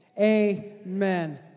Amen